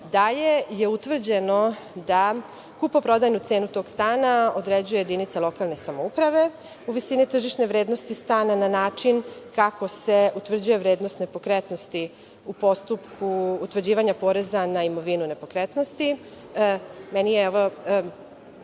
Dalje je utvrđeno da kupoprodajnu cenu tog stana određuje jedinica lokalne samouprave u visini tržišne vrednosti stana na način kako se utvrđuje vrednost nepokretnosti u postupku utvrđivanja poreza na imovinu nepokretnosti. Dakle,